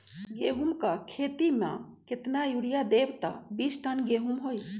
गेंहू क खेती म केतना यूरिया देब त बिस टन गेहूं होई?